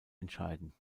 entscheiden